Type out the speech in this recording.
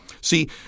See